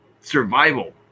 survival